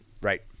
Right